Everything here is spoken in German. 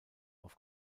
auf